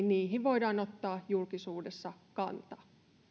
niihin voidaan myöskin tarvittaessa ottaa julkisuudessa kantaa